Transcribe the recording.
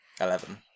Eleven